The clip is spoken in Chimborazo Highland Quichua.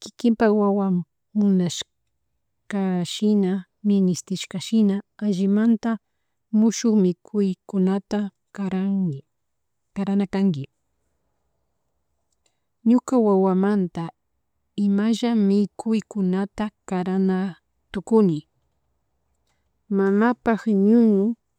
kikinpak wawaman munashka shina ministishka shina allimanta mushuk mikuykunata karanmi, karankanki, ñuka wawamanta imalla mikuykunata karana tukuni, mamapak ñuñu.